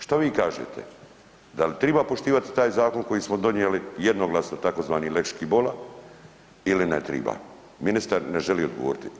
Što vi kažete da li triba poštivati taj zakon koji smo donijeli jednoglasno tzv. lex Škibola ili ne triba, ministar ne želi odgovoriti.